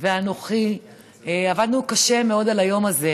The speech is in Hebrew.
ואנוכי עבדנו קשה מאוד על היום הזה,